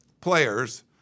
players